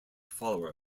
follower